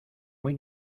muy